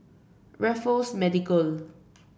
Raffles Medical